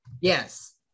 Yes